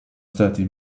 stati